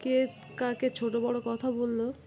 কে কাকে ছোটো বড়ো কথা বললো